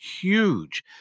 huge